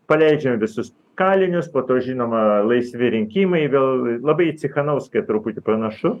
paleidžiam visus kalinius po to žinoma laisvi rinkimai vėl labai į cichanouskają truputį panašu